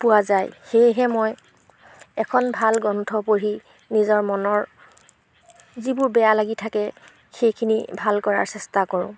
পোৱা যায় সেয়েহে মই এখন ভাল গ্ৰন্থ পঢ়ি নিজৰ মনৰ যিবোৰ বেয়া লাগি থাকে সেইখিনি ভাল কৰাৰ চেষ্টা কৰোঁ